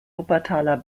wuppertaler